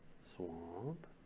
Swamp